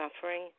suffering